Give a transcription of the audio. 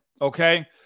okay